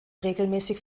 regelmäßig